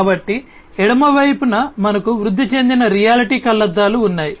కాబట్టి ఎడమ వైపున మనకు వృద్ధి చెందిన రియాలిటీ కళ్లద్దాలు ఉన్నాయి